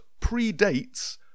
predates